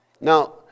Now